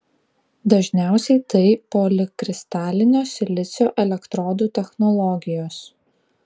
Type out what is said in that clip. dažniausiai tai polikristalinio silicio elektrodų technologijos